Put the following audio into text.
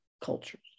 cultures